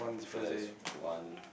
so that is one